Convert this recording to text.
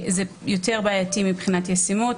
זה יותר בעייתי מבחינת ישימות,